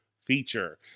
feature